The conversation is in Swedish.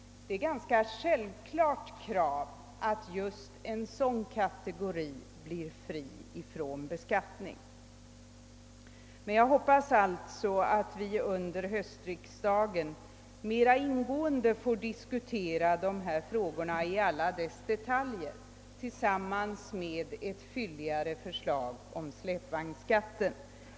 Det är ett självklart krav att en sådan kategori av arbetsredskap skall vara fri från beskattning. Jag hoppas alltså att vi under höstriksdagen mera ingående får diskutera de här frågorna i alla deras detaljer tillsammans med ett fylligare förslag om släpvagnsskatt.